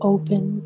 open